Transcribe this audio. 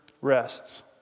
rests